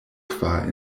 kvar